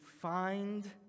Find